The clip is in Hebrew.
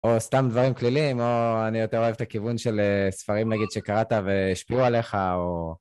או סתם דברים כלילים, או אני יותר אוהב את הכיוון של ספרים, נגיד, שקראת והשפיעו עליך, או...